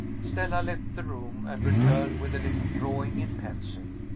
stella left the room and returned with a little drawing in pencil.